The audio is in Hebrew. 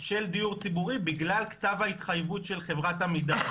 של דיור ציבורי בגלל כתב ההתחייבות של חברת עמידר.